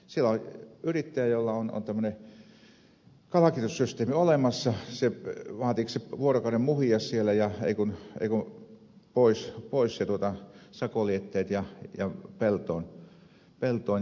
siellä on yrittäjä jolla on tuommoinen kalkitussysteemi olemassa vaatiikohan se vuorokauden muhia siellä ja ei kun pois sakolietteet ja peltoon